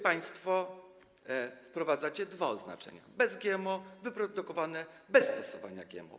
Państwo wprowadzacie dwa oznaczenia: „bez GMO” i „wyprodukowane bez stosowania GMO”